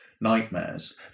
nightmares